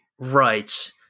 Right